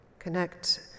Connect